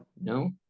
No